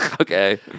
Okay